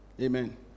Amen